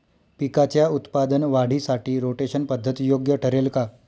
पिकाच्या उत्पादन वाढीसाठी रोटेशन पद्धत योग्य ठरेल का?